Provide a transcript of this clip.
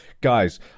guys